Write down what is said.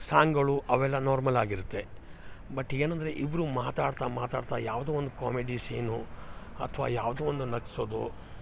ಸಾಂಗ್ಗಳು ಅವೆಲ್ಲ ನಾರ್ಮಲ್ ಆಗಿರುತ್ತೆ ಬಟ್ ಏನಂದರೆ ಇಬ್ಬರು ಮಾತಾಡ್ತಾ ಮಾತಾಡ್ತಾ ಯಾವುದೋ ಒಂದು ಕಾಮೆಡಿ ಸೀನು ಅಥವಾ ಯಾವುದೋ ಒಂದು ನಗಿಸೋದು